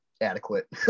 adequate